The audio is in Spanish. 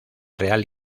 real